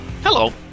Hello